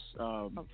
Okay